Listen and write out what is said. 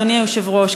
אדוני היושב-ראש,